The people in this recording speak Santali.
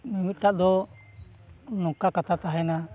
ᱢᱤᱢᱤᱫᱴᱟᱜ ᱫᱚ ᱱᱚᱝᱠᱟ ᱠᱟᱛᱷᱟ ᱛᱟᱦᱮᱱᱟ